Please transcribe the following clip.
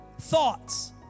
thoughts